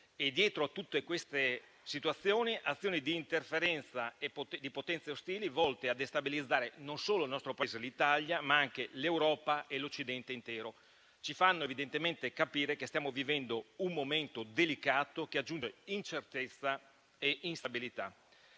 dietro a tutte queste situazioni, azioni di interferenza di potenze ostili volte a destabilizzare non solo il nostro Paese, ma anche l'Europa e l'Occidente intero, ci fanno evidentemente capire che stiamo vivendo un momento delicato che aggiunge incertezza e instabilità.